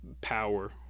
power